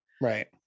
Right